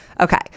Okay